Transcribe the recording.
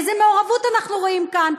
איזו מעורבות אנחנו רואים כאן.